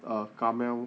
ah kamel